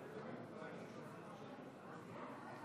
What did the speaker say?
אנחנו עוברים להצעה השלישית,